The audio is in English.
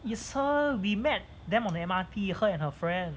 it's her we met them on the M_R_T her and her friend